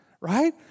right